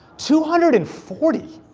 two hundred and forty,